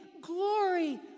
glory